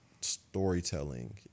storytelling